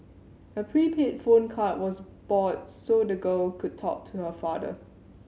a prepaid phone card was bought so the girl could talk to her father